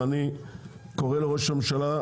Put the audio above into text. ואני קורא לראש הממשלה,